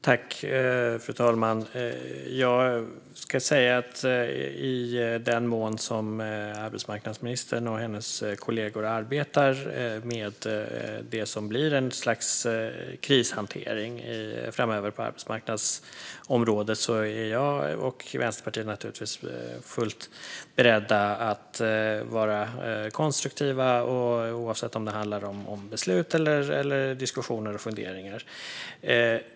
Fru talman! I den mån som arbetsmarknadsministern och hennes kollegor arbetar med det som blir ett slags krishantering framöver på arbetsmarknadsområdet är jag och Vänsterpartiet naturligtvis fullt beredda att vara konstruktiva. Det gäller oavsett om det handlar om beslut, diskussioner eller funderingar.